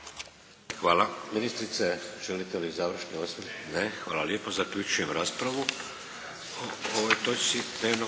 Hvala. Ministrice, želite li završni osvrt? Ne. Hvala lijepo. Zaključujem raspravu o ovoj točci